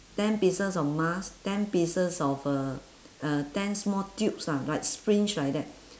ten pieces of mask ten pieces of uh uh ten small tubes ah like syringe like that